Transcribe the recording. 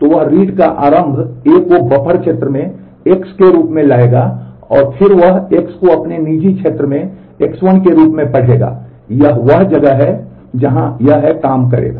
तो रीड का आरम्भ A को बफर क्षेत्र में X के रूप में लाएगा और फिर वह X को अपने निजी क्षेत्र में X1 के रूप में पढ़ेगा यह वह जगह है जहां यह है यह काम करेगा